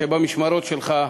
שבמשמרות שלך,